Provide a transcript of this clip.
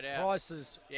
prices